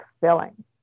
filling